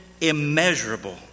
immeasurable